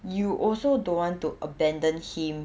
you also don't want to abandoned him